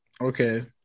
Okay